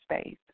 space